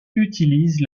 utilise